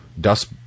dust